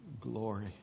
glory